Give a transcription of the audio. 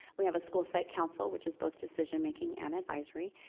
we have a school site council, which is both decision-making and advisory,